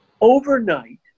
overnight